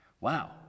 Wow